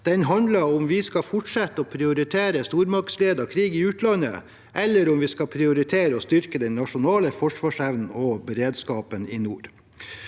Den handler om vi skal fortsette å prioritere stormaktsledet krig i utlandet, eller om vi skal prioritere å styrke den nasjonale forsvarsevnen og beredskapen i nord.